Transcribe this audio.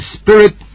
spirit